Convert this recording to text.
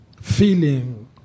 feeling